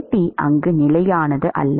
At அங்கு நிலையானது அல்ல